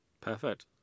Perfect